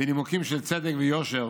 בנימוקים של צדק ויושר